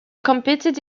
competed